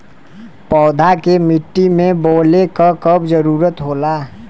पौधा के मिट्टी में बोवले क कब जरूरत होला